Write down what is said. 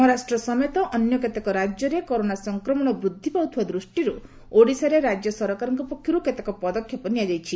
ମହାରାଷ୍ଟ୍ର ସମେତ ଅନ୍ୟ କେତେକ ରାଜ୍ୟରେ କରୋନା ସଂକ୍ରମଣ ପୁଣି ବୃଦ୍ଧି ପାଉଥିବା ଦୃଷ୍ଟିରୁ ଓଡିଶାରେ ରାଜ୍ୟ ସରକାରଙ୍କ ପକ୍ଷରୁ କେତେକ ପଦକ୍ଷେପ ନିଆଯାଇଛି